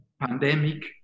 pandemic